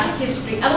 history